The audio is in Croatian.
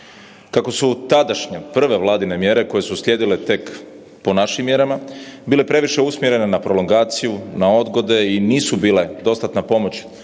Kako su tadašnje prve Vladine mjere koje su uslijedile tek po našim mjerama, bile previše usmjerene na prolongaciju, na odgode i nisu bile dostatna pomoć